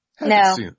No